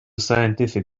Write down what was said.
scientific